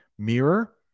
mirror